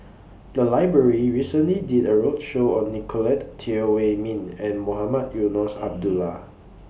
The Library recently did A roadshow on Nicolette Teo Wei Min and Mohamed Eunos Abdullah